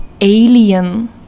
alien